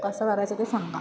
कसं करायचं ते सांगा